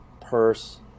purse